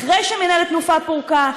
אחרי שמינהלת תנופה פורקה.